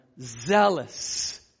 Zealous